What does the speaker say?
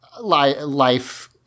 life